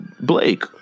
blake